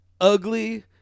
Ugly